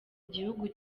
igihugu